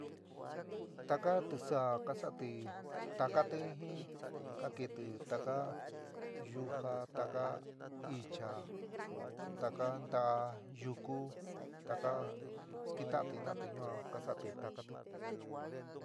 Taká tisaá ka sa'ati takáti jin ka kɨnti taká yujá, taka ichá, taka nta'a yukú, taká sketa'anti jina'atɨ ñua ka sa'atɨ takátɨ.